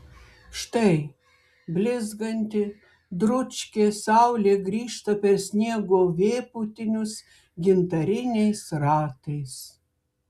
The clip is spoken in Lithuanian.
štai blizganti dručkė saulė grįžta per sniego vėpūtinius gintariniais ratais